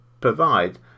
provide